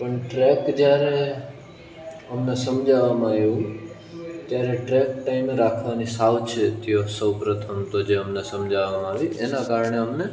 પણ ટ્રેક જ્યારે અમને સમજાવવામાં આવ્યું ત્યારે ટ્રેક ને એમાં રાખવાની સાવચેતીઓ સૌ પ્રથમ જે અમને સમજાવવામાં આવી એના કારણે અમને